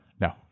no